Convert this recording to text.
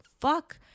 fuck